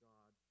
God